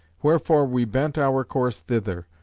wherefore we bent our course thither,